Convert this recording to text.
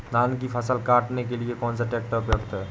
धान की फसल काटने के लिए कौन सा ट्रैक्टर उपयुक्त है?